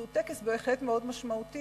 טקס שהוא בהחלט מאוד משמעותי,